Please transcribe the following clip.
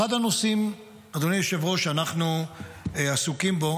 אדוני היושב-ראש, אחד הנושאים שאנחנו עסוקים בו